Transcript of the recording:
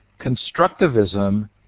Constructivism